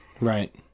Right